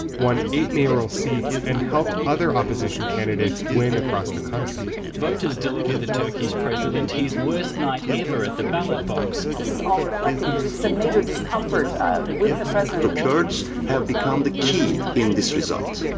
won eight mayoral seats and helped other opposition candidates win across the country. voters delivered the turkish president his worst night ever at the ballot box. this is all reflecting some major discomfort with the president. the kurds have become the key in this result.